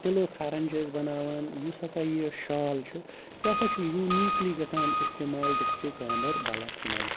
تِلوٗ پھٮ۪رَن چھِ أسۍ بَناوان یُس ہَسا یہِ شال چھِ یہِ ہَسا چھِ یوٗنیٖکلی گژھان استعمال ڈِسٹِرٛک گاندَربَلَس منٛز